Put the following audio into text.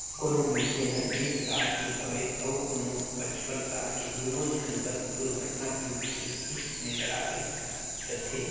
कोनो मइनसे हर बीस साल के हवे अऊ कोनो पचपन साल के दुनो झन बर दुरघटना बीमा के किस्त में बराबरी रथें